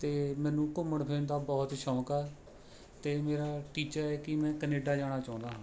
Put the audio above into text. ਅਤੇ ਮੈਨੂੰ ਘੁੰਮਣ ਫ਼ਿਰਨ ਦਾ ਬਹੁਤ ਸ਼ੌਕ ਹੈ ਅਤੇ ਮੇਰਾ ਟੀਚਾ ਹੈ ਕਿ ਮੈਂ ਕੈਨੇਡਾ ਜਾਣਾ ਚਾਹੁੰਦਾ ਹਾਂ